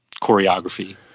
choreography